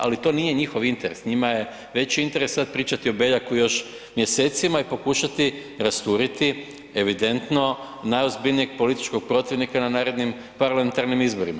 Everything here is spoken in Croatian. Ali to nije njihov interes, njima je veći interes sad pričati o Beljaku još mjesecima i pokušati rasturiti evidentno najozbiljnijeg političkog protivnika na narednim parlamentarnim izborima.